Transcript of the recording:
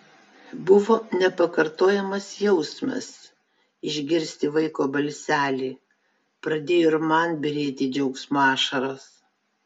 buvo nepakartojamas jausmas išgirsti vaiko balselį pradėjo ir man byrėti džiaugsmo ašaros